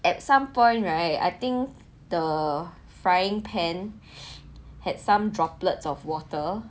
at some point right I think the frying pan had some droplets of water